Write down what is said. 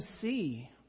see